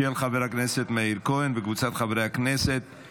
של חבר הכנסת מאיר כהן וקבוצת חברי הכנסת.